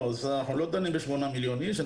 אנחנו לא דנים בשמונה מיליון אנשים.